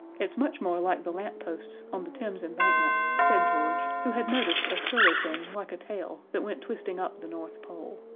it's much more like the lampposts on the thames embankment, said george, who had noticed a curly thing like a tail that went twisting up the north pole.